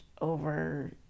over